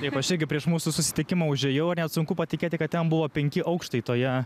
taip aš irgi prieš mūsų susitikimą užėjau net sunku patikėti kad ten buvo penki aukštai toje